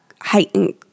heightened